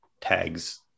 tags